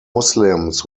muslims